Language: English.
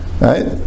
right